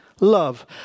love